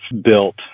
built